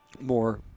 more